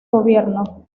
gobierno